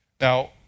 Now